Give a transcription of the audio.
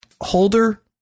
holder